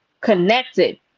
connected